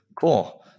Cool